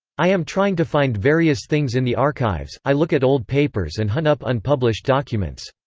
i am trying to find various things in the archives i look at old papers and hunt up unpublished documents.